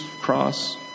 cross